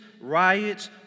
riots